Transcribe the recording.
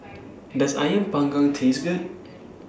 Does Ayam Panggang Taste Good